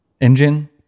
engine